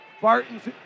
Barton's